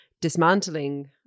dismantling